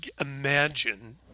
imagine